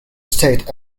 state